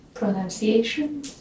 Pronunciation